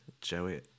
Joey